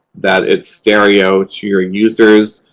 that it's stereo to your users,